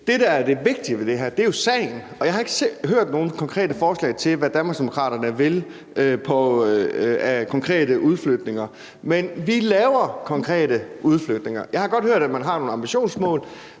Det, der er det vigtige ved det her, er jo sagen. Og jeg har ikke hørt nogen konkrete forslag til, hvad Danmarksdemokraterne vil lave af konkrete udflytninger, men vi laver konkrete udflytninger. Jeg har godt hørt, at man har nogle ambitionsmål,